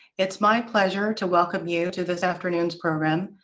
it's my pleasure to welcome you to this afternoon's program,